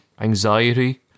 anxiety